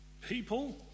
people